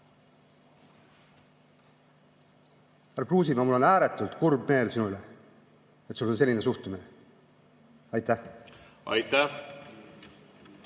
Kruusimäe, mul on ääretult kurb meel selle üle, et sul on selline suhtumine. Aitäh! Aitäh!